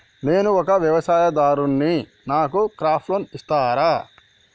నేను ఒక వ్యవసాయదారుడిని నాకు క్రాప్ లోన్ ఇస్తారా?